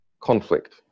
conflict